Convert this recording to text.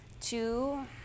Two